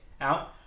out